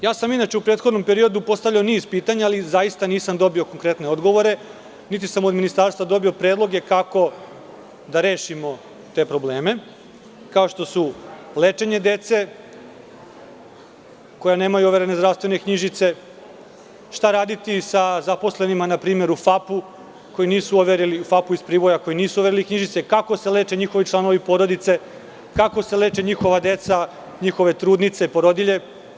Inače sam u prethodnom periodu postavljao niz pitanja, ali zaista nisam dobio konkretne odgovore, niti sam od Ministarstva dobio predloge kako da rešimo te probleme, kao što su lečenje dece koja nemaju overene zdravstvene knjižice, šta raditi sa zaposlenima npr. u „FAP“ iz Priboja koji nisu overili knjižice, kako se leće njihovi članovi porodice, kako se leče njihova deca, njihove trudnice, porodilje.